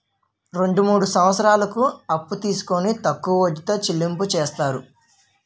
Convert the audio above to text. రెండు మూడు సంవత్సరాలకు అప్పు తీసుకొని తక్కువ వడ్డీతో చెల్లింపు చేస్తారు